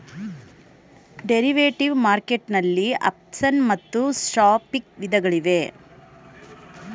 derivative market ನಲ್ಲಿ option ಮತ್ತು swapping ವಿಧಗಳಿವೆ